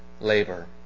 labor